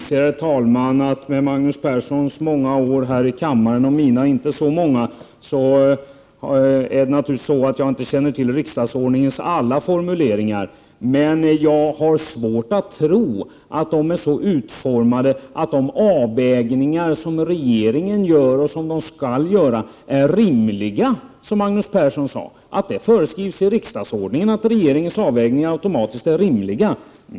Herr talman! Jag inser att jag, med mina få år här i riksdagen, jämfört med Magnus Perssons många år, naturligtvis inte kan känna till alla riksdagsordningens formuleringar. Men jag har svårt att tro att de är så utformade, att varje avvägning som regeringen gör och skall göra är rimlig, som Magnus Persson sade, att det föreskrivs i riksdagsordningen att regeringens avvägning automatiskt är rimlig.